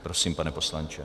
Prosím, pane poslanče.